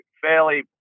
fairly